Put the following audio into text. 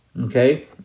okay